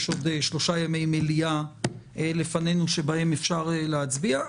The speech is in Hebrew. יש עוד שלושה ימי מליאה לפנינו שבהם אפשר להצביע.